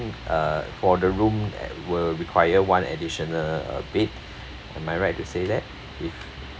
uh for the room uh will require one additional uh bed am I right to say that if